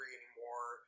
anymore